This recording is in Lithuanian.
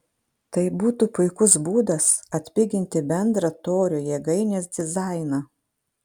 tai būtų puikus būdas atpigint bendrą torio jėgainės dizainą